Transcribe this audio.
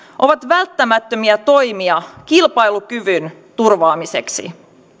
ovat välttämättömiä toimia kilpailukyvyn turvaamiseksi